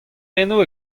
eno